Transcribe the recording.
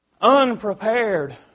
Unprepared